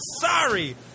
sorry